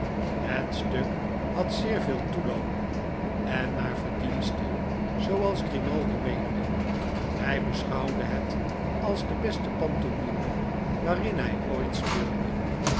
het stuk had zeer veel toeloop en naar verdienste zooals grimaldi meende hi beschouwde het als de beste pantomime waarin hij ooit speelde